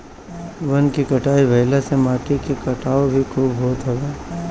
वन के कटाई भाइला से माटी के कटाव भी खूब होत हवे